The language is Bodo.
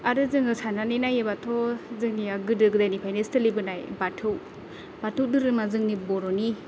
आरो जोङो साननानै नायोब्लाथ' जोंनिया गोदो गोदायनिफ्रायनो सोलिबोनाय बाथौ बाथौ धोरोमआ जोंनि बर'नि